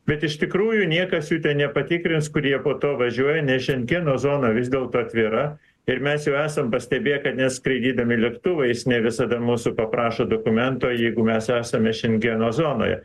bet iš tikrųjų niekas jų ten nepatikrins kur jie po to važiuoja nes šengeno zona vis dėlto atvira ir mes jau esam pastebėję kad net skraidydami lėktuvais ne visada mūsų paprašo dokumento jeigu mes esame šengeno zonoje